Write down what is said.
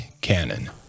Canon